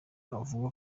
uvuga